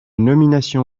nomination